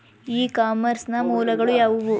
E commerce ನ ಮೂಲಗಳು ಯಾವುವು?